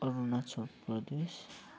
Arunachal Pradesh